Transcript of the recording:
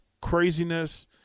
craziness